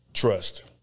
trust